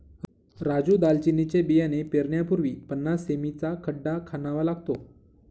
राजू दालचिनीचे बियाणे पेरण्यापूर्वी पन्नास सें.मी चा खड्डा खणावा लागतो